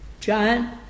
John